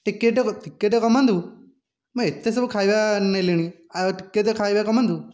ଟିକିଏ ତ ଟିକିଏ ତ କମାନ୍ତୁ ମୁଁ ଏତେ ସବୁ ଖାଇବା ନେଲିଣି ଆଉ ଟିକିଏ ତ ଖାଇବା କମାନ୍ତୁ